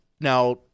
Now